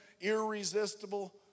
irresistible